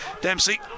Dempsey